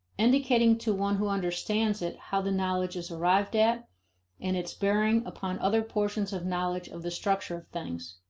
indicating to one who understands it how the knowledge is arrived at and its bearings upon other portions of knowledge of the structure of things.